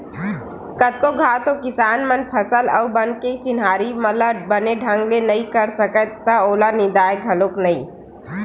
कतको घांव तो किसान मन फसल अउ बन के चिन्हारी ल बने ढंग ले नइ कर सकय त ओला निंदय घलोक नइ